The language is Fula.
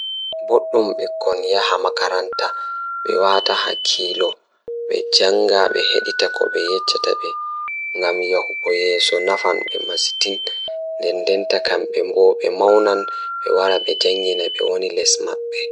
Eey, ko laawol ngam study history sabu ɓe waawi nyawtude laamɗe e jeyɓe ngal. History ko laamɗe ko njangol ngal, sabu ɓe waawi jokkondirde rewɓe e laawol ngal. Ko fiyaangu ngal waawi hokkude ɓe njifti e hoore ɗe njangol.